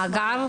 במאגר?